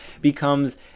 becomes